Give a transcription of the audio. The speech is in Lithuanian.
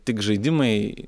tik žaidimai